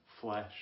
flesh